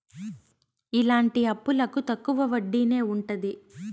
ఇలాంటి అప్పులకు తక్కువ వడ్డీనే ఉంటది